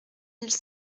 mille